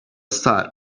sigh